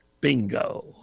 bingo